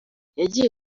yagiye